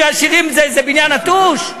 עשירים זה בניין נטוש?